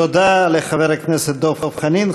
תודה לחבר הכנסת דב חנין.